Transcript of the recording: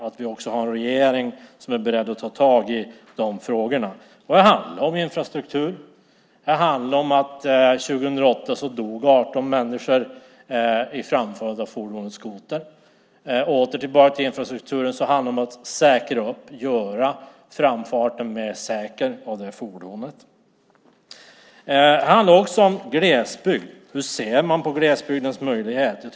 Det gäller att vi har en regering som är beredd att ta tag i de frågorna. Det handlar om infrastruktur. År 2008 dog 18 människor vid framförandet av fordonet skoter. När det gäller infrastrukturen handlar det om att säkra upp och göra framförande av fordonet mer säkert. Det handlar också om glesbygd. Hur ser man på glesbygdens möjligheter?